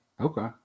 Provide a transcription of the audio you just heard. okay